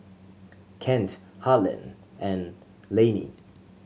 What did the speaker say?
Kent Harland and Lanie